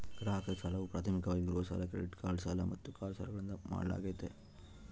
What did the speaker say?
ಗ್ರಾಹಕರ ಸಾಲವು ಪ್ರಾಥಮಿಕವಾಗಿ ಗೃಹ ಸಾಲ ಕ್ರೆಡಿಟ್ ಕಾರ್ಡ್ ಸಾಲ ಮತ್ತು ಕಾರು ಸಾಲಗಳಿಂದ ಮಾಡಲಾಗ್ತೈತಿ